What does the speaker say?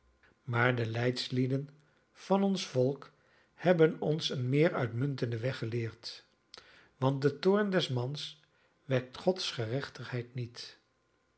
maar de leidslieden van ons volk hebben ons een meer uitmuntenden weg geleerd want de toorn des mans wekt gods gerechtigheid niet